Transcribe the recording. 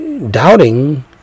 doubting